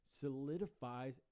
solidifies